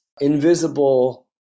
invisible